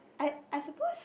I I suppose